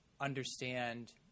understand